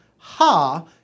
Ha